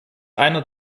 einer